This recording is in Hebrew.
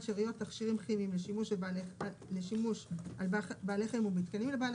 שאריות תכשירים כימיים לשימוש בבעלי חיים או במתקנים לבעלי